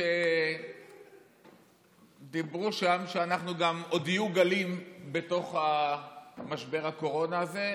ואמרו שם שעוד יהיו גלים בתוך משבר הקורונה הזה,